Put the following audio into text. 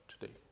today